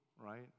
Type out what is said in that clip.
right